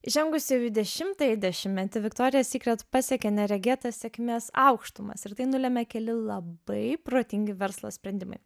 žengus jau į dešimtąjį dešimtmetį viktorija sykret pasiekė neregėtas sėkmės aukštumas ir tai nulemia keli labai protingi verslo sprendimai